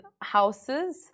houses